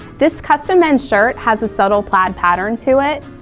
this custom men's shirt has a subtle plaid pattern to it,